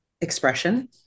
expression